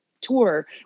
tour